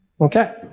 Okay